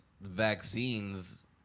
vaccines